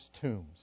tombs